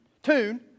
Tune